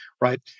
right